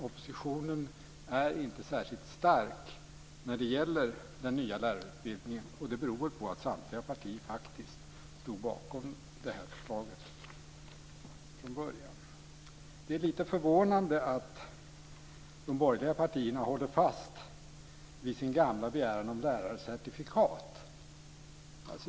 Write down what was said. Oppositionen är inte särskilt stark när det gäller den nya lärarutbildningen, och det beror på att samtliga partier faktiskt stod bakom förslaget från början. Det är lite förvånande att de borgerliga partierna håller fast vid sin gamla begäran om lärarcertifikat.